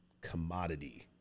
commodity